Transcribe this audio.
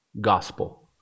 Gospel